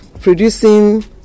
producing